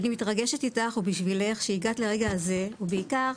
אני מתרגשת איתך ובשבילך שהגעת לרגע הזה ובעיקר